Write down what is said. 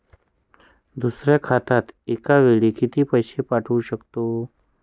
दुसऱ्या खात्यात एका वेळी किती पैसे पाठवू शकतो?